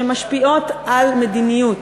שמשפיעות על מדיניות.